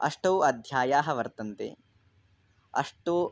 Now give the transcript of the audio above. अष्टौ अध्यायाः वर्तन्ते अष्टौ